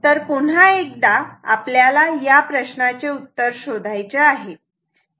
तर पुन्हा एकदा आपल्याला या प्रश्नाचे उत्तर शोधायचे आहे